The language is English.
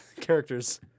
characters